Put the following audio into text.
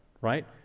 Right